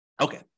okay